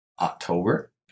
October